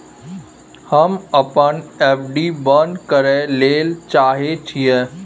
हम अपन एफ.डी बंद करय ले चाहय छियै